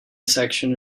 section